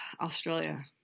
Australia